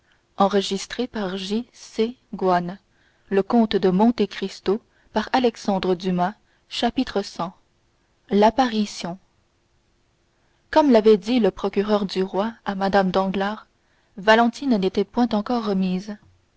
le voici la session sera belle c l'apparition comme l'avait dit le procureur du roi à mme danglars valentine n'était point encore remise